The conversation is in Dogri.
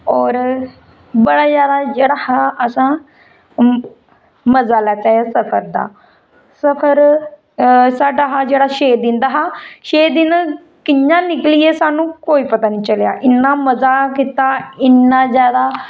होर बड़ा जादा जेह्ड़ा हा असां मजा लैता ऐ इस सफर दा सफर साढा हा जेह्ड़ा छे दिन दा हा छे दिन कि'यां निकलियै सानूं कोई पता निं चलेआ इ'न्ना मजा कीता इ'न्ना जादा